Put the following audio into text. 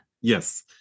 Yes